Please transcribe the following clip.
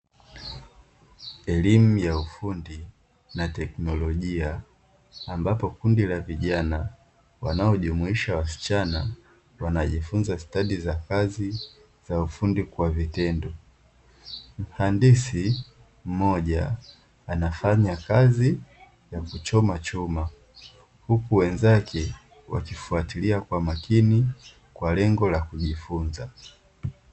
Elimu ya ufundi na teknolojia ambapo kundi la vijana wanaojumuisha wasichana wanajifunza stadi za kazi za ufundi kwa vitendo, mhandisi mmoja anafanya kazi ya kuchoma chuma huku wenzake wakifuatilia kwa makini kwa lengo la kujifunza.